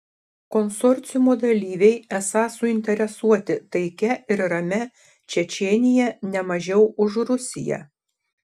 konsorciumo dalyviai esą suinteresuoti taikia ir ramia čečėnija ne mažiau už rusiją